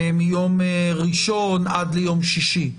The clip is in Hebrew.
מיום ראשון עד ליום שישי.